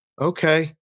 Okay